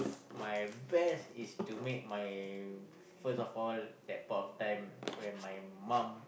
my best is to make my first of all at that point of time when my mum